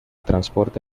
transporte